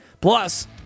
plus